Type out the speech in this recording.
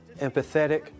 empathetic